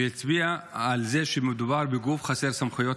שהצביע על זה שמדובר בגוף חסר סמכויות